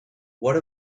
what